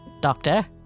Doctor